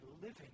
living